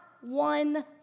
one